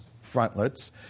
frontlets